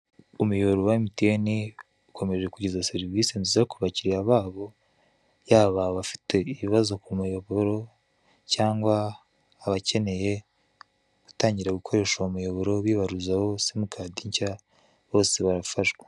Umuyoboro wa emutiyene ukomeje kugeza serivise nziza ku bakiriya babo, yaba abafite ibibazo k'umuyoboro cyangwa abakeneye gutangira gukoresha uwo muyoboro bibaruzaho simukadi nshya bose barafahwa.